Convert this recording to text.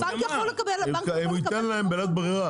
הוא ייתן להם בלית ברירה.